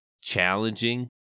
challenging